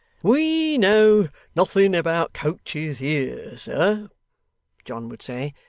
we know nothing about coaches here, sir john would say,